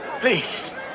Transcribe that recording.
Please